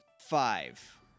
Five